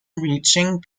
reaching